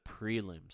prelims